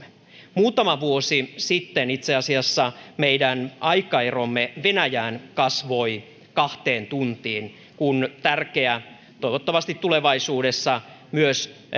muutama vuosi sitten itse asiassa meidän aikaeromme venäjään kasvoi kahteen tuntiin kun tärkeä toivottavasti tulevaisuudessa myös